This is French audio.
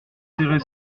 serrait